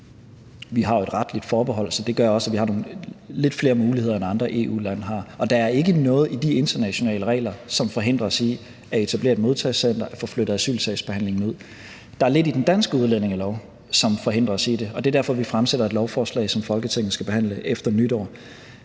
vi har et retligt forbehold, og det gør også, at vi har flere muligheder end andre EU-lande – der forhindrer os i at etablere et modtagecenter og få flyttet asylsagsbehandlingen ud. Der er lidt i den danske udlændingelov, som forhindrer os i det, og det er derfor, at vi fremsætter et lovforslag, som Folketinget skal behandle efter nytår.